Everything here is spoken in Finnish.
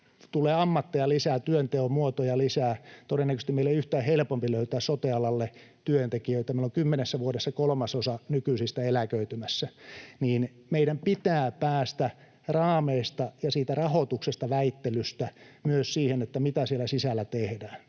lisää ammatteja ja työnteon muotoja. Todennäköisesti meidän ei ole yhtään helpompaa löytää sote-alalle työntekijöitä. Meillä on kymmenessä vuodessa kolmasosa nykyisistä eläköitymässä. Meidän pitää päästä raameista ja rahoituksesta väittelystä myös siihen, mitä siellä sisällä tehdään.